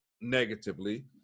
negatively